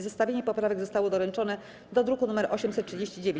Zestawienie poprawek zostało doręczone do druku nr 839.